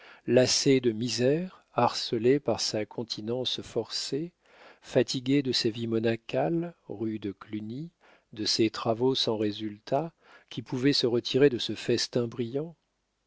lassé de misère harcelé par sa continence forcée fatigué de sa vie monacale rue de cluny de ses travaux sans résultat qui pouvait se retirer de ce festin brillant